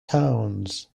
towns